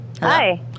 Hi